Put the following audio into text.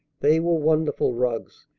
they were wonderful rugs,